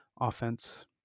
offense